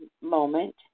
moment